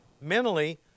Mentally